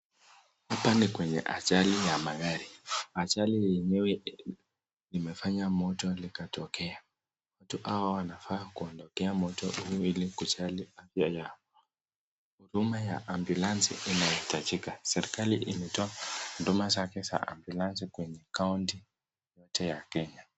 Hapa ni kwenye ajali ya magari. Ajali yenyewe imefanya moto likatokea. Watu hawa wanafaa kuondokea moto ili kujali afya yao. Huduma ya ambulansi inahitajika. Serikali imetoa huduma zake za ambulansi kwenye kaunti zote za Kenya.